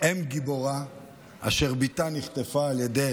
אם גיבורה אשר בתה נחטפה על ידי